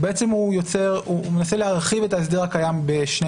בעצם מנסה להרחיב את ההסדר הקיים בשני